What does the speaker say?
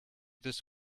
this